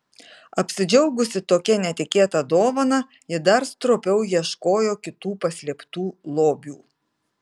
apsidžiaugusi tokia netikėta dovana ji dar stropiau ieškojo kitų paslėptų lobių